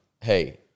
hey